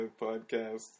Podcast